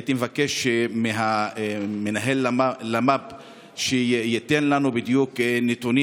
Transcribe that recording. הייתי מבקש ממנהל הלפ"ם שייתן לנו בדיוק נתונים: